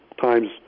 times